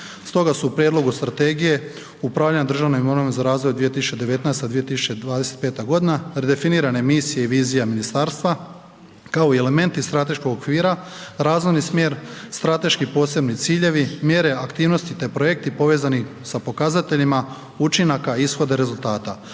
stoga su u prijedlogu Strategije upravljanja državnom imovinom za razdoblje 2019. – 2025. g. redefinirane misije i vizija ministarstva kao i elementi strateškog okvira, razvojni smjer, strateški posebni ciljevi, mjere aktivnosti te projekti povezani sa pokazateljima učinaka ishoda rezultata